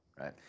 right